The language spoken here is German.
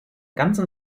ganzen